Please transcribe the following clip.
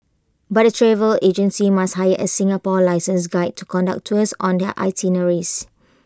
but the travel agencies must hire A Singapore licensed guide to conduct tours on their itineraries